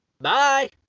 Bye